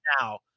now